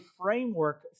framework